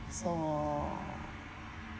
so